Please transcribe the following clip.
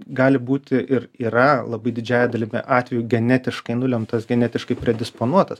gali būti ir yra labai didžiąja dalimi atvejų genetiškai nulemtas genetiškai predisponuotas